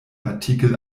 artikel